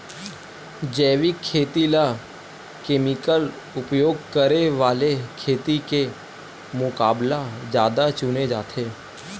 जैविक खेती ला केमिकल उपयोग करे वाले खेती के मुकाबला ज्यादा चुने जाते